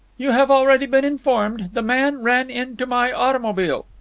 you have already been informed. the man ran into my automobile.